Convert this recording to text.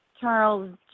Charles